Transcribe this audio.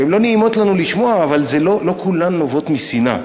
שהן לא נעימות לנו לשמוע אבל לא כולן נובעות משנאה.